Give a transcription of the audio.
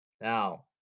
Now